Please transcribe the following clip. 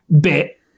bit